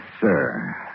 sir